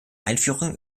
einführung